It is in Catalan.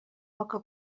poca